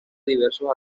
diversos